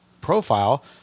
profile